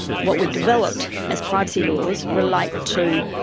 what we've developed as privacy laws relate to,